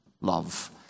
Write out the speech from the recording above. love